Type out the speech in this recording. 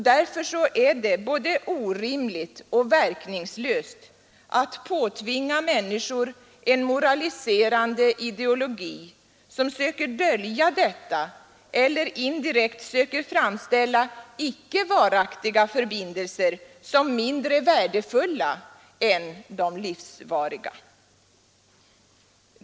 Därför är det både orimligt och verkningslöst att påtvinga människor en moraliserande ideologi som söker dölja detta eller indirekt söker framställa icke varaktiga förbindelser såsom mindre värdefulla än de livsvariga.